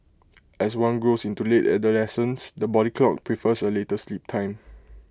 as one grows into late adolescence the body clock prefers A later sleep time